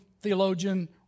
theologian